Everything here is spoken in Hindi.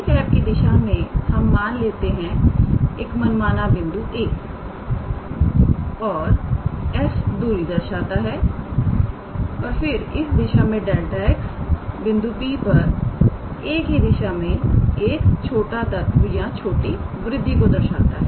तो 𝑎̂ की दिशा में हम मान लेते हैं एक मन माना बिंदु A और S दूरी दर्शाता है और फिर इस दिशा में 𝛿𝑥 बिंदु P पर 𝑎̂ की दिशा में एक छोटा तत्व या छोटी वृद्धि को दर्शाता है